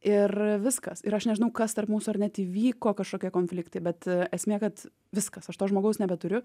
ir viskas ir aš nežinau kas tarp mūsų ar net įvyko kažkokie konfliktai bet esmė kad viskas aš to žmogaus nebeturiu